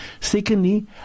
Secondly